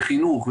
בחינוך,